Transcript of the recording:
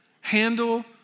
Handle